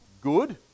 good